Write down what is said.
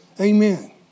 Amen